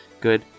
Good